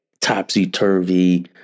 topsy-turvy